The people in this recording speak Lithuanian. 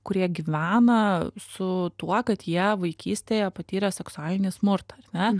kurie gyvena su tuo kad jie vaikystėje patyrė seksualinį smurtą ar ne